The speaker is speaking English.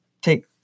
Take